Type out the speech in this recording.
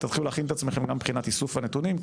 תתחילו להכין את עצמכם גם מבחינת איסוף הנתונים,